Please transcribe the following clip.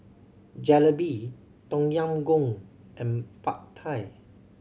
Jalebi Tom Yam Goong and Pad Thai